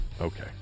okay